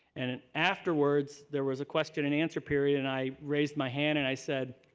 and and afterwards there was a question and answer period. and i raised my hand and i said,